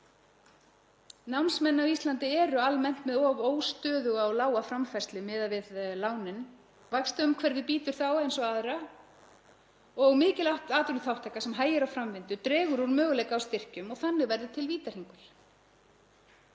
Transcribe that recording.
Námsmenn á Íslandi eru almennt með of óstöðuga og lága framfærslu miðað við lánin. Vaxtaumhverfið bítur þá eins og aðra og mikil atvinnuþátttaka sem hægir á framvindu dregur úr möguleika á styrkjum og þannig verður til vítahringur.